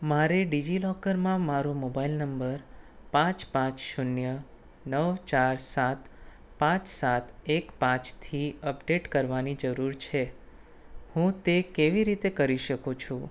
મારે ડિજિલોકરમાં મારો મોબાઇલ નંબર પાંચ પાંચ શૂન્ય નવ ચાર સાત પાંચ સાત એક પાંચથી અપડેટ કરવાની જરૂર છે હું તે કેવી રીતે કરી શકું છું